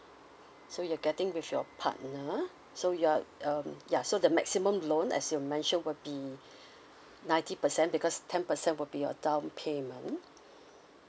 so you're getting with your partner so you are um ya so the maximum loan as you mention will be ninety percent because ten percent will be your down payment